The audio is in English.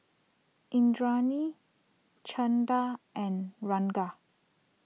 Indranee Chanda and Ranga